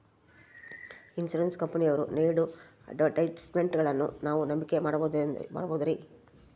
Insurance ಕಂಪನಿಯವರು ನೇಡೋ ಅಡ್ವರ್ಟೈಸ್ಮೆಂಟ್ಗಳನ್ನು ನಾವು ನಂಬಿಕೆ ಮಾಡಬಹುದ್ರಿ?